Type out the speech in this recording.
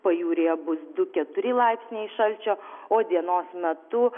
pajūryje bus du keturi laipsniai šalčio o dienos metu